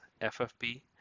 FFP